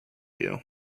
you